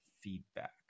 feedback